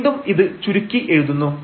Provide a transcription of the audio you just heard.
വീണ്ടും ഇത് ചുരുക്കി എഴുതുന്നു